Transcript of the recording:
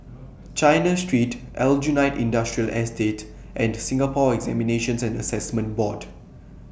China Street Aljunied Industrial Estate and Singapore Examinations and Assessment Board